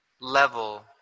level